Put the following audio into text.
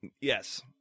Yes